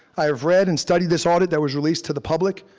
i have read and studied this audit that was released to the public,